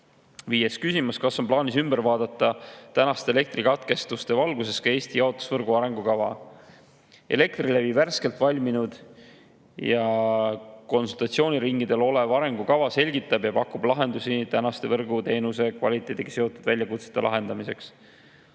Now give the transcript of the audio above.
Viies küsimus: "Kas on plaanis ümber vaadata tänaste elektrikatkestuste valguses ka Eesti jaotusvõrgu arengukava?" Elektrilevi värskelt valminud ja konsultatsiooniringidel olev arengukava selgitab ja pakub lahendusi tänaste võrguteenuse kvaliteediga seotud väljakutsete lahendamiseks.